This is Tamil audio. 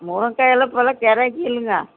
முருங்க்காய் எல்லா இப்போலாம் கெராய்க்கு இல்லைங்க